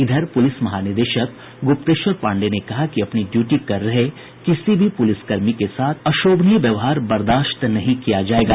इधर पुलिस महानिदेशक गुप्तेश्वर पांडेय ने कहा कि अपनी ड्यूटी कर रहे किसी भी पुलिसकर्मी के साथ अशोभनीय व्यवहार बर्दाश्त नहीं किया जायेगा